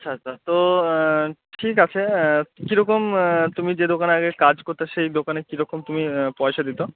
আচ্ছা আচ্ছা তো ঠিক আছে কীরকম তুমি যে দোকানে আগে কাজ করতে সেই দোকানে কীরকম তুমি পয়সা দিতো